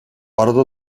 arada